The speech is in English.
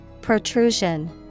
Protrusion